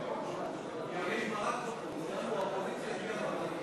נא לשבת במקומותיכם.